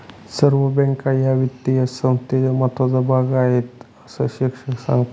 सर्व बँका या वित्तीय संस्थांचा महत्त्वाचा भाग आहेत, अस शिक्षक सांगतात